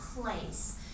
place